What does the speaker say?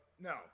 No